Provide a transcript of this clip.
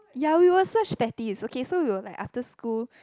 ya we were such fatties okay so we will like after school